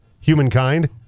humankind